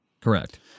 Correct